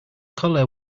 color